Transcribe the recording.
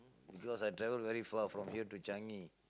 because I travel very far from here to Changi